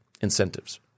incentives